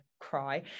cry